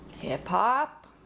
hip-hop